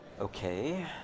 Okay